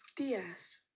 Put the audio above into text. días